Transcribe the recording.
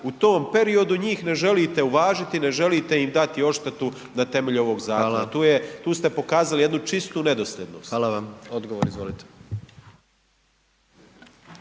u tom periodu njih ne želite uvažiti, ne želite im dati odštetu na temelju ovog zakona. Tu ste pokazali jednu čistu nedosljednost. **Jandroković,